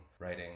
writing